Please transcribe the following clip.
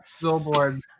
billboard